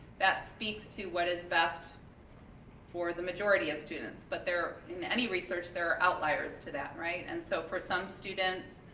that speaks to what is best for the majority of students, but there are, in any research, there are outliers to that, right, and so for some students